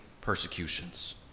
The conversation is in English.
persecutions